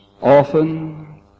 often